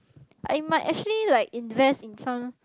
I might actually like invest in some